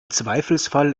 zweifelsfall